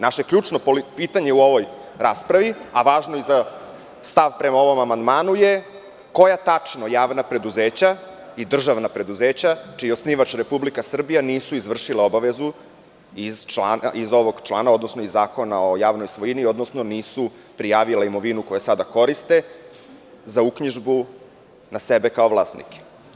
Naše ključno pitanje u ovoj raspravi, a važno i za stav prema ovom amandmanu je – koja tačno javna preduzeća i državna preduzeća, čiji je osnivač Republika Srbija, nisu izvršila obavezu iz ovog člana, odnosno iz Zakona o javnoj svojini, odnosno nisu prijavila imovinu koju sada koriste za uknjižbu na sebe kao vlasnike?